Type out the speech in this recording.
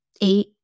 eight